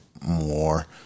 more